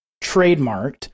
trademarked